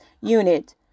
unit